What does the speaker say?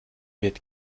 wird